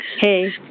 Hey